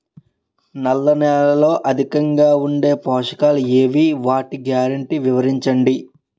నల్ల నేలలో అధికంగా ఉండే పోషకాలు ఏవి? వాటి గ్యారంటీ వివరించండి?